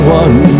one